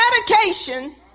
medication